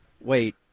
wait